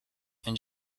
and